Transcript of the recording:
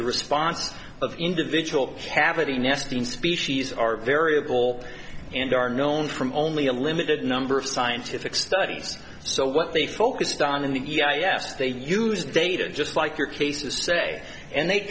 the response of individual cavity nesting species are variable and are known from only a limited number of scientific studies so what they focused on in the e i a s they use data just like your case to say and they